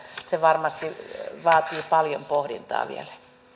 se varmasti vaatii paljon pohdintaa vielä